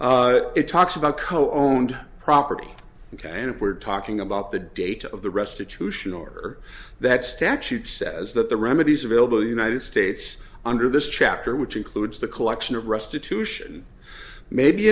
act it talks about co owners property ok and if we're talking about the date of the restitution order that statute says that the remedies available united states under this chapter which includes the collection of restitution may be